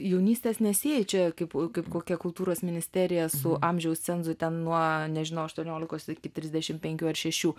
jaunystės nesieji čiai kaip kaip kokia kultūros ministerija su amžiaus cenzu ten nuo nežinau nuo aštuoniolikos iki trisdešimt penkių ar šešių